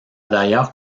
d’ailleurs